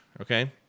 okay